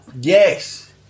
yes